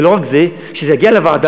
ולא רק זה: כשזה יגיע לוועדה,